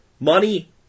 Money